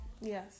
Yes